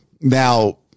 Now